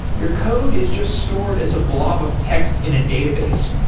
your code is just stored as a blob of text in a database,